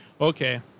okay